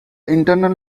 internal